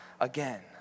again